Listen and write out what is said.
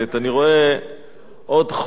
אני רואה עוד חוק